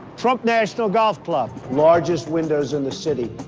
trump national golf club largest windows in the city.